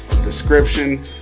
Description